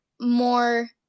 more